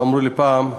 אמרו לי פעם,